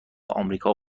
امریکا